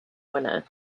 winner